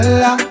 la